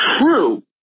true